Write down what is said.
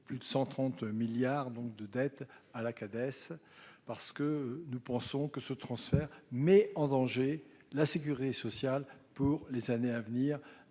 plus de 130 milliards d'euros de dette à la Cades. Nous pensons que ce transfert met en danger la sécurité sociale pour les années à venir